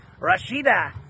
rashida